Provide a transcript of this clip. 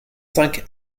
cinq